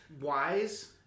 wise